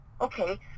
okay